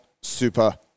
super